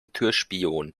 türspion